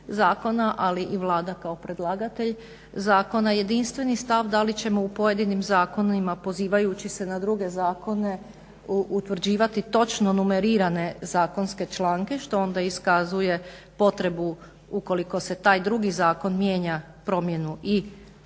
ali i Vlada kao predlagatelj zakona jedinstveni stav da li ćemo u pojedinim zakonima pozivajući se na druge zakone utvrđivati točno numerirane zakonske članke što onda iskazuje potrebu ukoliko se taj drugi zakon mijenja promjenu i svih